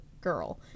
girl